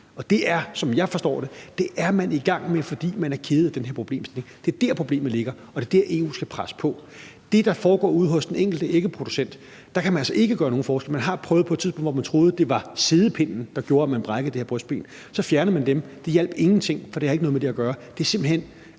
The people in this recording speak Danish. og det er man, som jeg forstår det, i gang med, fordi man er kede af den her problemstilling. Det er der, problemet ligger, og der er der, EU skal presse på. I forhold til det, der foregår ude hos den enkelte ægproducent, kan man altså ikke gøre nogen forskel. Man har prøvet på et tidspunkt, hvor man troede, at det var siddepinden, der gjorde, at de brækkede brystbenet, at fjerne den, men det hjalp ingenting, for det har ikke noget med det at gøre. Det er simpelt hen